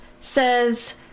says